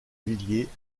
villiers